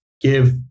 give